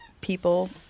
people